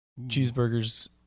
cheeseburgers